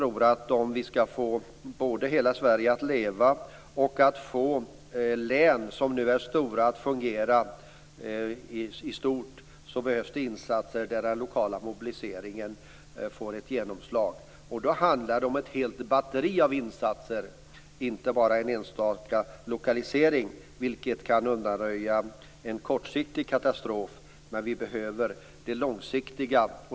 Om vi skall både få hela Sverige att leva och få län som nu är stora att fungera behövs det insatser där den lokala mobiliseringen får ett genomslag. Då handlar det om ett helt batteri av insatser och inte bara om en enstaka lokalisering. Det kan undanröja en kortsiktig katastrof, men vi behöver det långsiktiga.